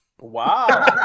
Wow